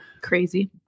crazy